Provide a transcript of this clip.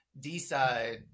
decide